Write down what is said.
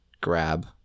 grab